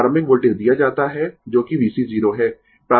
प्रारंभिक वोल्टेज दिया जाता है जो कि VC 0 है